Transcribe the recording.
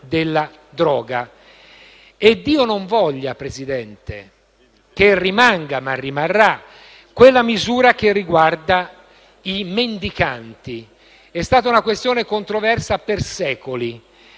E Dio non voglia, signor Presidente, che rimanga - ma rimarrà - quella misura che riguarda i mendicanti. È stata una questione controversa per secoli.